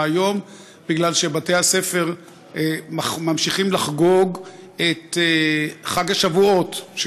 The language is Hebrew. היום כי בתי-הספר ממשיכים לחגוג את חג השבועות,